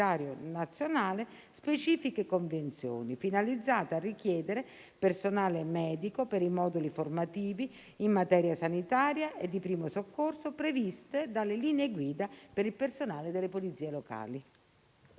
nazionale, finalizzate a richiedere personale medico per i moduli formativi in materia sanitaria e di primo soccorso previsti dalle linee guida per il personale delle polizie locali.